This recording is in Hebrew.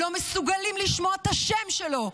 לא מסוגלים לשמוע את השם שלו,